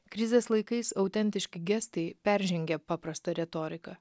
krizės laikais autentiški gestai peržengia paprastą retoriką